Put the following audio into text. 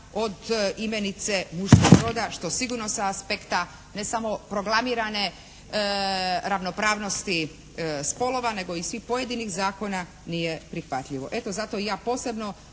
od imenice muškog roda što sigurno sa aspekta ne samo proglamirane ravnopravnosti spolova nego i svih pojedinih zakona nije prihvatljivo. Eto zato i ja posebno